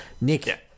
Nick